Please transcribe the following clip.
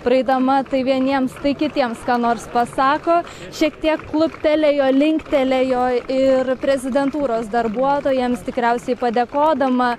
praeidama tai vieniems tai kitiems ką nors pasako šiek tiek kluptelėjo linktelėjo ir prezidentūros darbuotojams tikriausiai padėkodama